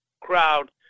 crowd